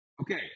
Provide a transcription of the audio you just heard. Okay